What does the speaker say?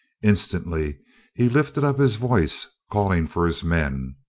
instantly he lifted up his voice, calling for his men.